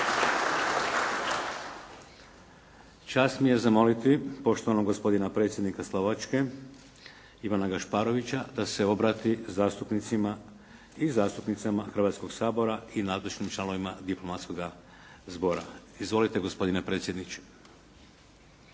Čast mi je zamoliti poštovanog gospodina predsjednika Slovačke Ivana Gašparoviča da se obrati zastupnicima i zastupnicama Hrvatskoga sabora i nazočnim članovima Diplomatskog zbora. Izvolite, gospodine predsjedniče.